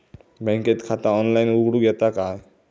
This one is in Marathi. बँकेत खाता ऑनलाइन उघडूक येता काय?